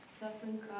Suffering